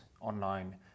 online